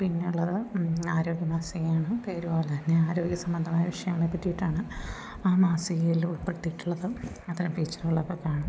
പിന്നെയുള്ളത് ആരോഗ്യമാസികയാണ് പേരുപോലെത്തന്നെ ആരോഗ്യസംബന്ധമായ വിഷയങ്ങളെപ്പറ്റിയിട്ടാണ് ആ മാസികയിൽ ഉൾപ്പെടുത്തിയിട്ടുള്ളതും അത്രയും ഫീച്ചറുകളെക്കെ കാണും